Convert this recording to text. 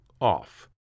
off